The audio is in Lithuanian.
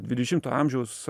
dvidešimto amžiaus